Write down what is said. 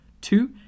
Two